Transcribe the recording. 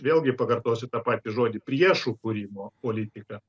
vėlgi pakartosiu tą patį žodį priešų kūrimo politika